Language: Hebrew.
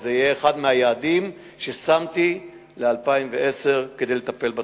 וזה יהיה אחד מהיעדים שקבעתי ל-2010 כדי לטפל בתופעה.